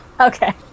Okay